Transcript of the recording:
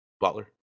Butler